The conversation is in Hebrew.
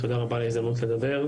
תודה רבה על ההזדמנות לדבר.